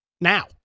now